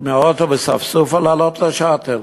מהאוטו בספסופה לעלות ל"שאטל",